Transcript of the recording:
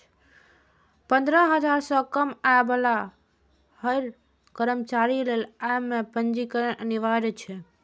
पंद्रह हजार सं कम आय बला हर कर्मचारी लेल अय मे पंजीकरण अनिवार्य छै